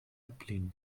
ablehnen